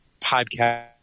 podcast